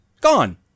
gone